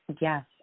yes